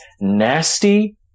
nasty